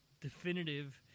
definitive